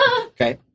Okay